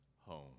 home